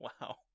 Wow